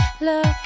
look